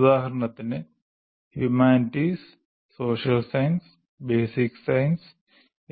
ഉദാഹരണത്തിന് humanities social sciences basic sciences